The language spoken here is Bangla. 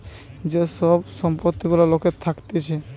যে সব সম্পত্তি গুলা লোকের থাকতিছে